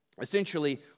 Essentially